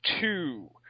two